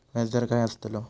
व्याज दर काय आस्तलो?